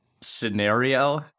scenario